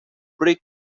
brick